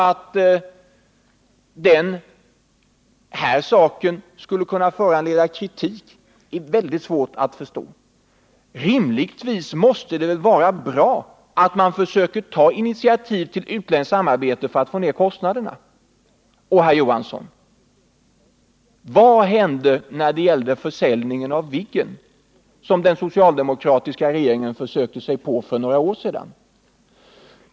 Att den här saken skulle kunna föranleda kritik är väldigt svårt att förstå. Rimligtvis måste det vara bra att försöka ta initiativ till utländskt samarbete för att få ned kostnaderna. Och, herr Johansson: Vad hände när det gällde försäljningen av Viggen som den socialdemokratiska regeringen försökte sig på för några år sedan?